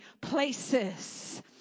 places